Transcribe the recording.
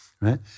right